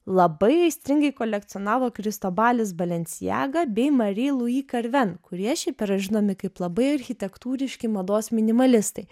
labai aistringai kolekcionavo kristobalis balenciaga bei mari luji karven kurie šiaip yra žinomi kaip labai architektūriški mados minimalistai